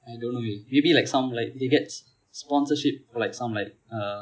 I don't know l[eh] maybe like some like they get sponsorship from like some like